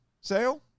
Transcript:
sale